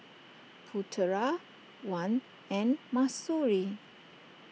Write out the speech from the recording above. Putra Wan and Mahsuri